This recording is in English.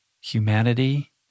humanity